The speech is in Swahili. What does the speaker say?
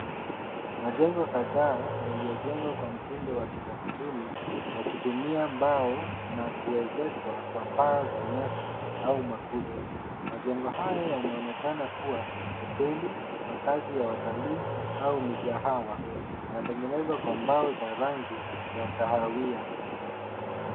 Majengo kadhaa yaliyojengwa kwa mtindo wa kitamaduni yakitumia mbao na kuezekwa kwa paa za nyasi au makuti. Majengo haya yanaonekana kuwa hoteli, makazi ya watalii au migahawa yanayotengenzwa kwa mbao za rangi ya kahawia.